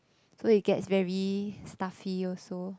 so it gets very stuffy also